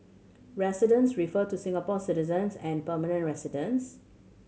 residents refer to Singapore citizens and permanent residents